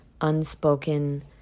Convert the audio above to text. unspoken